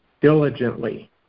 diligently